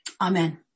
Amen